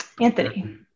Anthony